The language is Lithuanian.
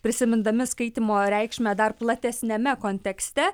prisimindami skaitymo reikšmę dar platesniame kontekste